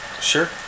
sure